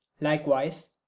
likewise